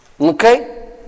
Okay